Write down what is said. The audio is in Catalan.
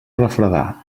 refredar